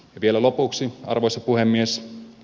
vielä lopuksi arvoisa puhemies